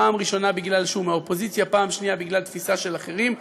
פעם ראשונה בגלל שהוא מהאופוזיציה ופעם שנייה בגלל תפיסה של אחרים,